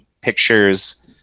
pictures